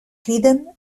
criden